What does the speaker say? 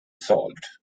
solved